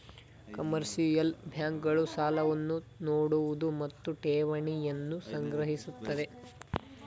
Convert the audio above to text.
commercial bank ಗಳು ಸಾಲವನ್ನು ನೋಡುವುದು ಮತ್ತು ಠೇವಣಿಯನ್ನು ಸಂಗ್ರಹಿಸುತ್ತದೆ